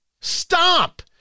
stop